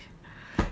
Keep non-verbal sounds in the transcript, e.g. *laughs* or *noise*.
*laughs*